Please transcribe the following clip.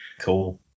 Cool